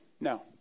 No